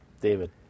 David